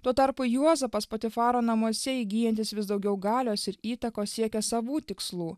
tuo tarpu juozapas patifaro namuose įgyjantis vis daugiau galios ir įtakos siekia savų tikslų